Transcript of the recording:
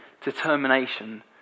Determination